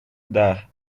dar